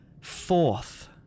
Fourth